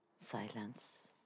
silence